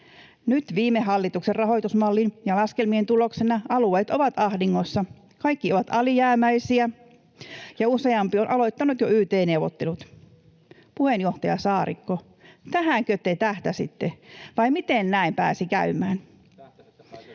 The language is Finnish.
Nyt viime hallituksen rahoitusmallin ja laskelmien tuloksena alueet ovat ahdingossa. Kaikki ovat alijäämäisiä, ja useampi on jo aloittanut yt-neuvottelut. Puheenjohtaja Saarikko, tähänkö te tähtäsitte, vai miten näin pääsi käymään?